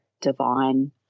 divine